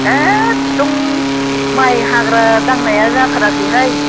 एकदम माय हाग्रा दांनाया जाथाराखैहाय